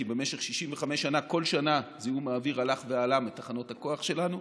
כי במשך 65 שנה כל שנה זיהום האוויר הלך ועלה מתחנות הכוח שלנו,